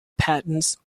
patents